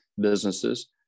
businesses